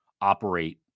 operate